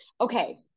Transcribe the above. okay